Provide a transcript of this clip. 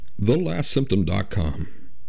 thelastsymptom.com